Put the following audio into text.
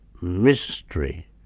mystery